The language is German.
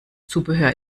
zubehör